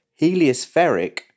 heliospheric